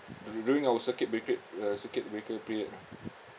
d~ during our circuit breaker uh circuit breaker period ah